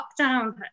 lockdown